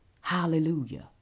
Hallelujah